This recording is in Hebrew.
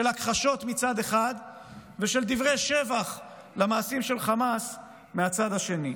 של הכחשות מצד אחד ושל דברי שבח למעשים של חמאס מהצד השני.